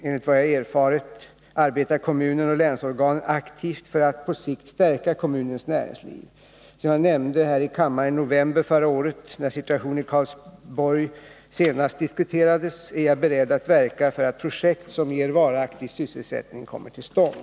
Enligt vad jag har erfarit arbetar kommunen och länsorganen aktivt för att på sikt stärka kommunens näringsliv. Som jag nämnde här i kammaren i november förra året, när situationen i Karlsborg senast diskuterades, är jag beredd att verka för att projekt som ger varaktig sysselsättning kommer till stånd.